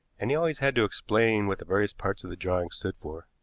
and he always had to explain what the various parts of the drawing stood for.